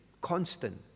constant